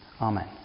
Amen